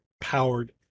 powered